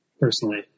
personally